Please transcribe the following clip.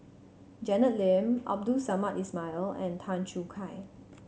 Janet Lim Abdul Samad Ismail and Tan Choo Kai